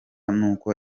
n’uko